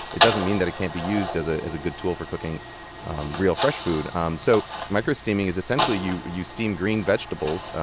it doesn't mean that it can't be used as ah as a good tool for cooking real, fresh food um so microsteaming is essentially when you steam green vegetables.